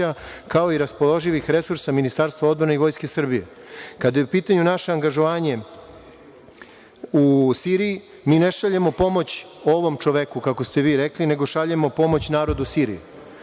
kao i raspoloživih resursa Ministarstva odbrane i Vojske Srbije. Kada je u pitanju naše angažovanje u Siriji, mi ne šaljemo pomoć ovom čoveku, kako ste vi rekli, nego šaljemo pomoć narodu u Siriji.